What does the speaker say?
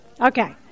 Okay